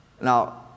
Now